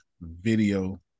Video